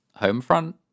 Homefront